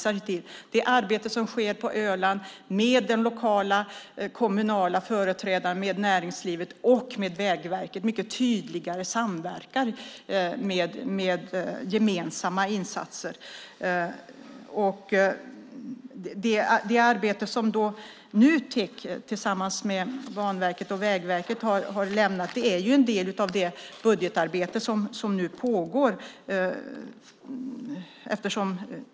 Det finns ett arbete på Öland med de lokala och kommunala företrädarna, näringslivet och Vägverket där man mycket tydligare samverkar, med gemensamma insatser. Det arbete som Nutek tillsammans med Banverket och Vägverket har gjort är en del av det budgetarbete som nu pågår.